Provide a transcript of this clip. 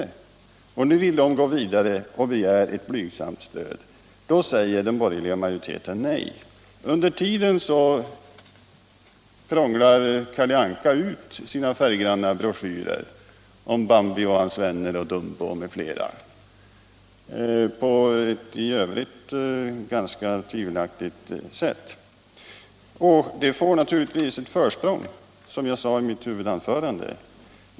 Nu vill den organisationen gå vidare och begär ett blygsamt stöd, men till det säger den borgerliga majoriteten nej. Under tiden prånglar Kalle Anka ut sina färggranna broschyrer om Bambi och hans vänner, Dumbo m.fl. på ett f.ö. ganska tvivelaktigt sätt. Den sortens litteratur får naturligtvis ett försprång, som jag sade i mitt huvudanförande.